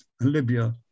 Libya